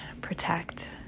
protect